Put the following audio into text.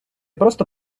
просто